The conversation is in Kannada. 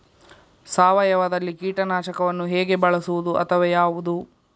ಸಾವಯವದಲ್ಲಿ ಕೀಟನಾಶಕವನ್ನು ಹೇಗೆ ಬಳಸುವುದು ಅಥವಾ ಯಾವುದು?